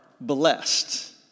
blessed